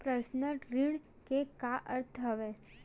Personal ऋण के का अर्थ हवय?